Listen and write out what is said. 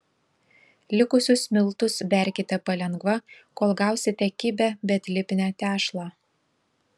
likusius miltus berkite palengva kol gausite kibią bet lipnią tešlą